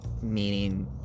Meaning